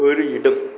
ஒரு இடம்